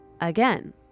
again